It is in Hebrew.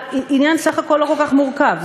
עניין סך הכול לא כל כך מורכב,